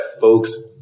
folks